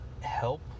help